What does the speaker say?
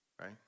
Right